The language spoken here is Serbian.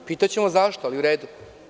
Pitaćemo – zašto, ali u redu.